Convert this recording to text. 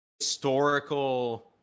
historical